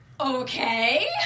Okay